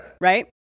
Right